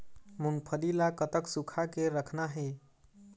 मूंगफली ला कतक सूखा के रखना हे?